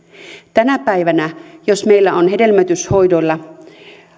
tänä päivänä jos meillä on hedelmöityshoidoilla